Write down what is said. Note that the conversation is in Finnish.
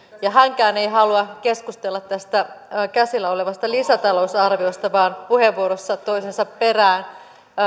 ja hänkään ei halua keskustella tästä käsillä olevasta lisätalousarviosta vaan puheenvuorossa toisensa perään